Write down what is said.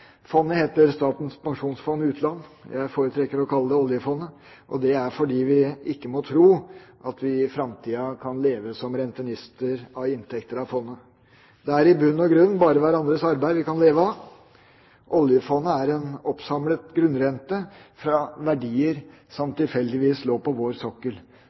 Fondet heter Statens pensjonsfond – Utland, jeg foretrekker å kalle det oljefondet. Det er fordi vi ikke må tro at vi i framtida kan leve som rentenister av inntekter fra fondet. Det er i bunn og grunn bare hverandres arbeid vi kan leve av. Oljefondet er en oppsamlet grunnrente fra verdier som tilfeldigvis lå på vår sokkel,